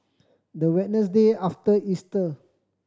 the Wednesday after Easter